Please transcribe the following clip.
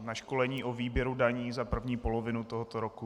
Na školení o výběru daní za první polovinu tohoto roku.